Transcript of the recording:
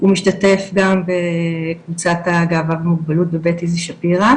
הוא משתתף גם בקבוצת הגאווה ומוגבלות בבית איזי שפירא.